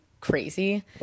crazy